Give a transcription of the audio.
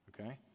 okay